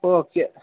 okay